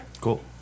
Cool